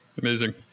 Amazing